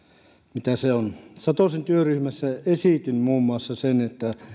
mitä se on satosen työryhmässä esitin muun muassa sen että